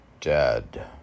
dead